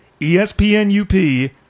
ESPN-UP